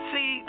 See